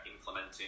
implementing